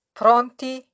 pronti